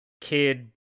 kid